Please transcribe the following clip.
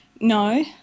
No